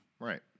Right